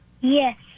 Yes